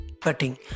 cutting